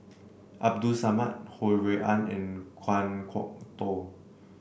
Abdul Samad Ho Rui An and Kan Kwok Toh